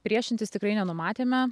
priešintis tikrai nenumatėme